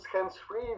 hands-free